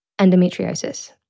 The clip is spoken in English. Endometriosis